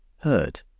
heard